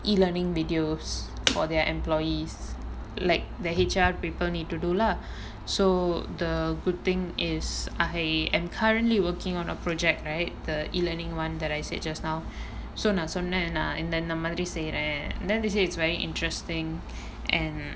e-learning videos for their employees like the H_R people need to do lah so the good thing is I am and currently working on a project right the e-learning [one] that I said just now so நா சொன்ன நா இந்தந்த மாரி செய்ற:naa sonna naa inthantha maari seira they say it's very interesting and